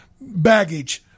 baggage